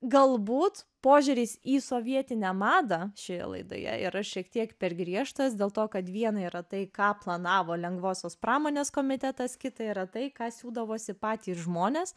galbūt požiūris į sovietinę madą šioje laidoje yra šiek tiek per griežtas dėl to kad viena yra tai ką planavo lengvosios pramonės komitetas kita yra tai ką siūdavosi patys žmonės